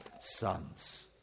sons